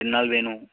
ரெண்டு நாள் வேணும்